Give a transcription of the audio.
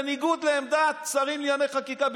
בניגוד לעמדת ועדת שרים לענייני חקיקה,